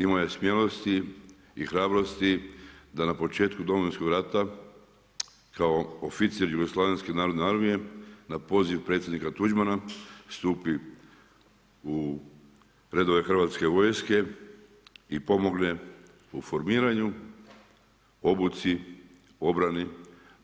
Imao je smjelosti i hrabrosti da na početku Domovinskog rata kao oficir JNA na poziv Predsjednika Tuđmana stupi u redove hrvatske vojske i pomogne u formiranju, obuci, obrani